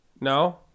No